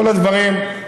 כל הדברים,